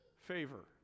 favor